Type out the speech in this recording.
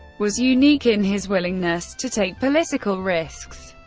was unique in his willingness to take political risks.